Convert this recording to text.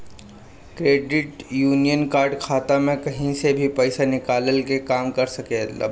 credit union card खाता में कही से भी पईसा निकलला के काम कर सकत बाटे